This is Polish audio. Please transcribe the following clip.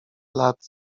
lat